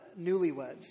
newlyweds